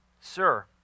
sir